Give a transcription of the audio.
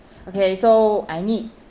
okay so I need